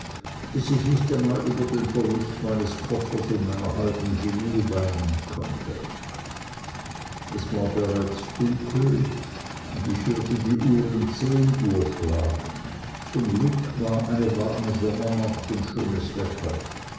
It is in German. daß ich nicht einmal über den verlust meines koffers und meiner halben guinee weinen konnte es war bereits dunkel und ich hörte die uhren zehn uhr schlagen zum glück war eine sommernacht und schönes wetter